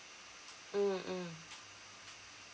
mm mm